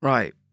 Right